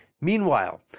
Meanwhile